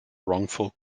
wrongful